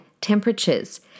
temperatures